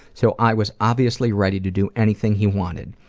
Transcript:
so i was obviously ready to do anything he wanted.